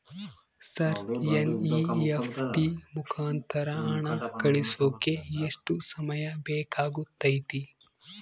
Sir NEFT ಮುಖಾಂತರ ಹಣ ಕಳಿಸೋಕೆ ಎಷ್ಟು ಸಮಯ ಬೇಕಾಗುತೈತಿ?